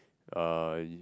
uh